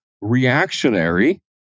reactionary